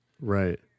right